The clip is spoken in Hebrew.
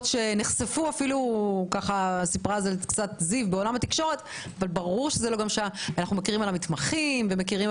שנחשפו בעולם התקשורת אבל ברור שזה לא רק שם המתמחים ומכירים